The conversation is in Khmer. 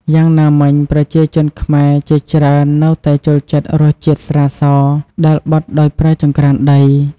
យ៉ាងណាមិញ ប្រជាជនខ្មែរជាច្រើននៅតែចូលចិត្តរសជាតិស្រាស ដែលបិតដោយប្រើចង្រ្កានដី។